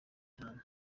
cyane